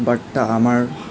বাৰ্তা আমাৰ